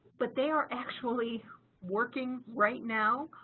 but they are actually working right now.